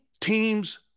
teams